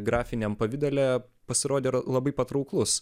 grafiniam pavidale pasirodė ra labai patrauklus